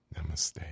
Namaste